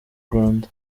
rwanda